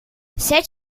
zet